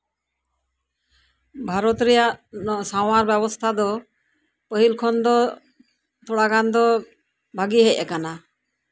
ᱵᱷᱟᱨᱚᱛ ᱨᱮᱭᱟᱜ ᱥᱟᱶᱟᱨ ᱵᱮᱵᱚᱥᱛᱷᱟ ᱫᱚ ᱯᱟᱹᱦᱤᱞ ᱠᱷᱚᱱᱫᱚ ᱛᱷᱚᱲᱟᱜᱟᱱ ᱫᱚ ᱵᱷᱟᱜᱮ ᱦᱮᱡ ᱠᱟᱱᱟ